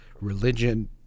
religion